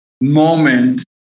moment